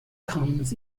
comes